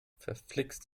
verflixt